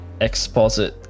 exposit